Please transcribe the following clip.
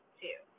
two